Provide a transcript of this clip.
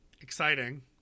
exciting